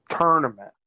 tournament